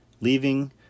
leaving